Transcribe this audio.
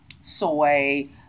soy